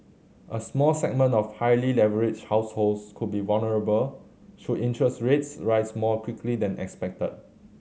a small segment of highly leveraged households could be vulnerable should interest rates rise more quickly than expected